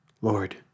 Lord